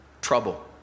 trouble